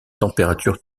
températures